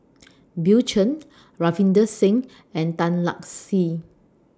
Bill Chen Ravinder Singh and Tan Lark Sye